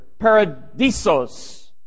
paradisos